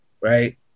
right